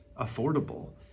affordable